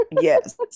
Yes